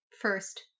first